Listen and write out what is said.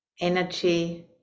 energy